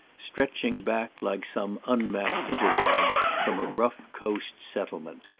stretching back like some unmapped hinterland from a rough coast-settlement.